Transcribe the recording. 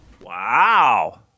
Wow